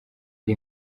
ari